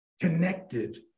connected